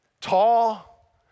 tall